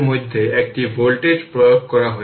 সুতরাং i এর মধ্য দিয়ে কারেন্ট প্রবাহিত হচ্ছে